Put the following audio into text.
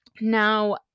now